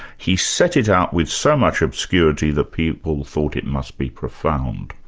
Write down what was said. he set it out with so much obscurity that people thought it must be profound.